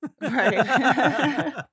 Right